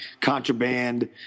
Contraband